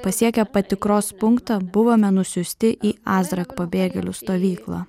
pasiekę patikros punktą buvome nusiųsti į azrak pabėgėlių stovyklą